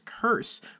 Curse